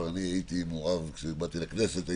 כשבאתי לכנסת,